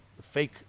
fake